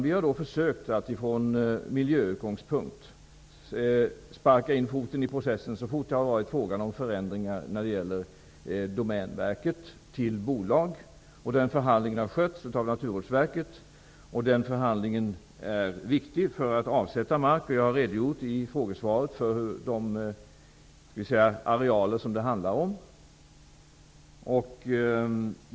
Vi har försökt att från miljösynpunkt få in en fot i processen så fort det har varit fråga om sådana förändringar som t.ex. omvandling av Domänverket till bolag, där förhandlingarna har skötts av Naturvårdsverket. Denna förhandling är viktig för att man skall kunna avsätta mark. Jag har i frågesvaret redogjort för de arealer som det handlar om.